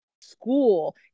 school